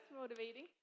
motivating